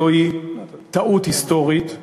זו טעות היסטורית.